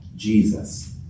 Jesus